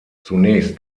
zunächst